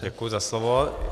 Děkuji za slovo.